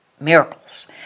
miracles